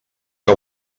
que